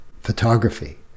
photography